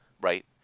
right